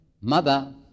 mother